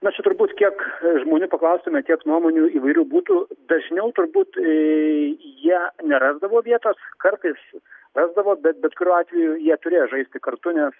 na čia turbūt kiek žmonių paklaustume kiek nuomonių įvairių būtų dažniau turbūt jie nerasdavo vietos kartais rasdavo bet bet kuriuo atveju jie turėjo žaisti kartu nes